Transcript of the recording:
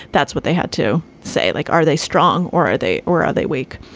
that's what they had to say. like, are they strong or are they or are they weak?